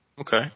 Okay